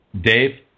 Dave